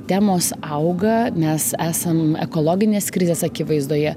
temos auga mes esam ekologinės krizės akivaizdoje